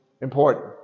important